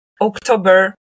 October